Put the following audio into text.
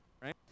right